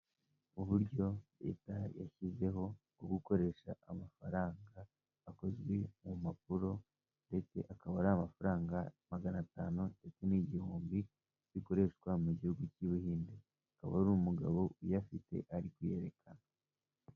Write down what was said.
Uburyo leta yashyizeho bwo gukoresha amafaranga akozwe mu mpapuro ndetse akaba ari amafaranga magana atanu ndetse n'igihumbi zikoreshwa mu gihugu cy'u Buhinde, akaba ari umugabo uyafite ari kuyerekana.